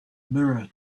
mirror